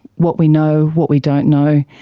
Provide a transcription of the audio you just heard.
what we know, what we don't know,